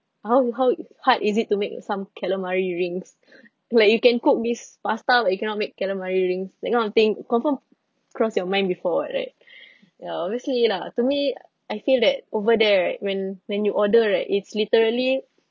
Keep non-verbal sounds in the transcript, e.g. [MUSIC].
how how hard is it to make some calamari rings [LAUGHS] like you can cook this pasta but you cannot make calamari rings that kind of thing confirm crossed your mind before right [BREATH] ya obviously lah to me I feel that over there right when when you order right it's literally